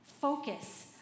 focus